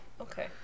okay